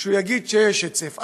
שהוא יגיד שיש היצף.